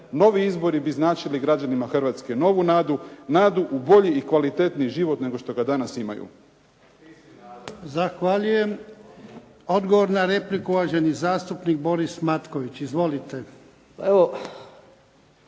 Novi izbori bi značili građanima Hrvatske novu nadu, nadu u bolji i kvalitetniji život nego što ga danas imaju. **Jarnjak, Ivan (HDZ)** Zahvaljujem. Odgovor na repliku uvaženi zastupnik Boris Matković. Izvolite.